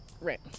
right